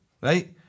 right